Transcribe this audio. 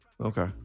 Okay